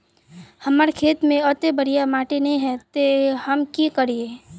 हमर खेत में अत्ते बढ़िया माटी ने है ते हम की करिए?